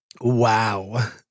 Wow